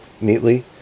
neatly